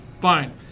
Fine